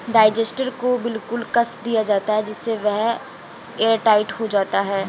digester को बिल्कुल कस दिया जाता है जिससे वह एयरटाइट हो जाता है